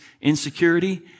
insecurity